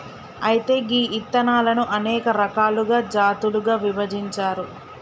అయితే గీ ఇత్తనాలను అనేక రకాలుగా జాతులుగా విభజించారు